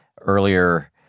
earlier